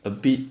a bit